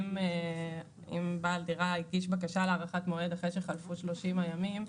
אם בעל דירה הגיש בקשה להארכת מועד אחרי שחלפו 30 הימים,